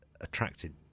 attracted